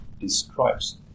describes